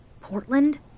Portland